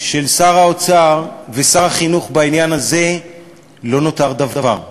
של שר האוצר ושר החינוך בעניין הזה לא נותר דבר,